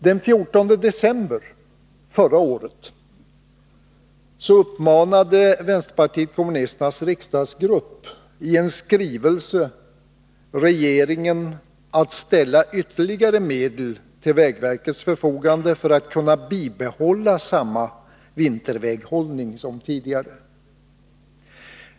Den 14 december förra året uppmanade vänsterpartiet kommunisternas riksdagsgrupp i en skrivelse regeringen att ställa ytterligare medel till vägverkets förfogande för att kunna bibehålla samma vinterväghållning som tidigare.